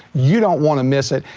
you don't wanna miss it.